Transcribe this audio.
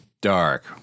dark